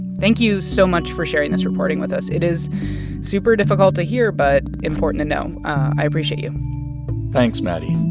thank you so much for sharing this reporting with us. it is super difficult to hear but important to know. i appreciate you thanks, maddie